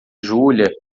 júlia